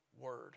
word